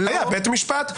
היה בית משפט.